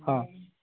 ହଁ